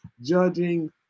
judging